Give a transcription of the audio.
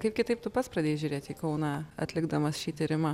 kaip kitaip tu pats pradėjai žiūrėt į kauną atlikdamas šį tyrimą